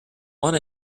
want